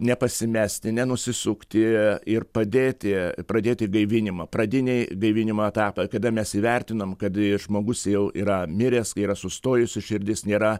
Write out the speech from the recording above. nepasimesti nenusisukti ir padėti pradėti gaivinimą pradinį gaivinimo etapą kada mes įvertinom kad žmogus jau yra miręs kai yra sustojusi širdis nėra